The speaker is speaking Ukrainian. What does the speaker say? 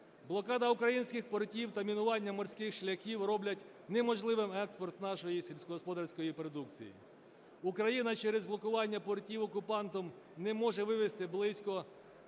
Блокада українських портів та мінування морських шляхів роблять неможливим експорт нашої сільськогосподарської продукції. Україна через блокування портів окупантом не може вивезти близько